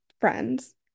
friends